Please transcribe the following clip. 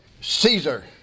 Caesar